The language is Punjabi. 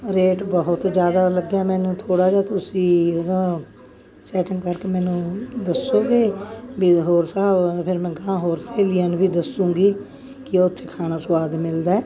ਰੇਟ ਬਹੁਤ ਜ਼ਿਆਦਾ ਲੱਗਿਆ ਮੈਨੂੰ ਥੋੜ੍ਹਾ ਜਿਹਾ ਤੁਸੀਂ ਉਹਦਾ ਸੈਟਿੰਗ ਕਰਕੇ ਮੈਨੂੰ ਦੱਸੋਗੇ ਵੀ ਹੋਰ ਹਿਸਾਬ ਨਾਲ ਫਿਰ ਅਗਾਂਹ ਹੋਰ ਸਹੇਲੀਆਂ ਨੂੰ ਵੀ ਦੱਸੂੰਗੀ ਕਿ ਉੱਥੇ ਖਾਣਾ ਸਵਾਦ ਮਿਲਦਾ